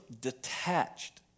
detached